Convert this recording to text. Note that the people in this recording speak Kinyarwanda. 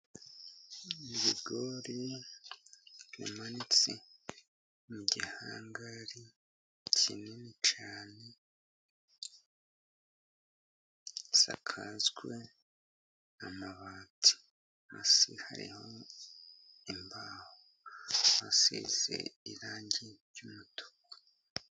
Ibigori bimanitse mu gihangari kinini cyane, gisakajwe amabati hasi hariho imbaho , hasize irangi ry'umutuku.